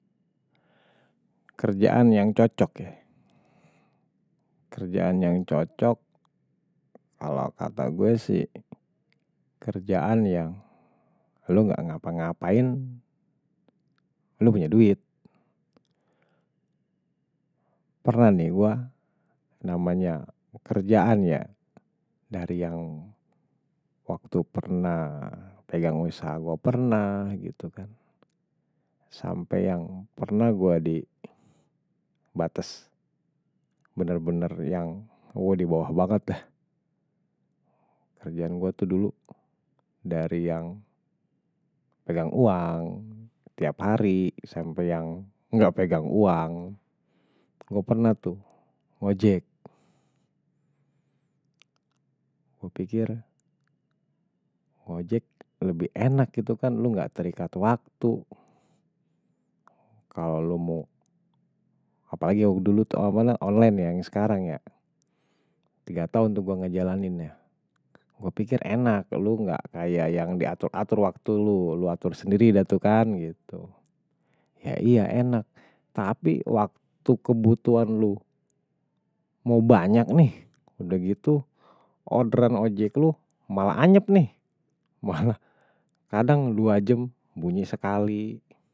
Kerjaan yang cocok ya kerjaan yang cocok kalau kata gue sih kerjaan yang lo gak ngapa-ngapain lo punya duit. Pernah nih gua namanya, kerjaan ya dari yang waktu pernah pegang usaha gua pernah sampe yang pernah gua di batas bener bener yang gua di bawah banget dah kerjaan gua tuh dulu dari yang pegang uang tiap hari, sampai yang gak pegang uang gua pernah tuh, ngojek gua pikir ngojek lebih enak itu kan lo gak terikat waktu kalau lo mau apalagi waktu dulu tuh online yang sekarang ya tiga tahun untuk gue ngejalanin ya gua pikir enak lo gak kayak yang diatur-atur waktu lo, lo atur sendiri dah tuh kan ya iya enak tapi waktu kebutuhan lo mau banyak nih, udah gitu orderan ojek lo malah anyep nih kadang dua jam bunyi sekali.